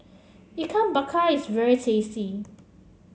Ikan Bakar is very tasty